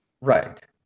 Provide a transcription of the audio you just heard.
Right